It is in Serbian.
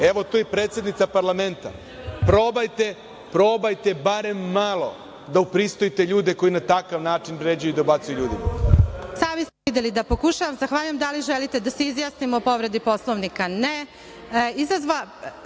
evo tu je predsednica parlamenta, probajte barem malo da upristojite ljude koji na takav način vređaju i dobacuju ljudima.